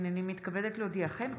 הינני מתכבדת להודיעכם,